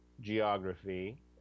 geography